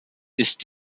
ist